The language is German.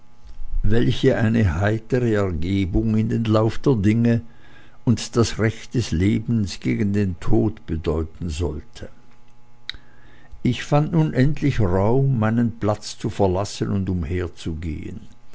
welche eine heitere ergebung in den lauf der dinge und das recht des lebens gegen den tod bedeuten sollte ich fand nun endlich raum meinen platz zu verlassen und umherzugehen